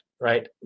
right